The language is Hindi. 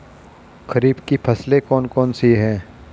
खरीफ की फसलें कौन कौन सी हैं?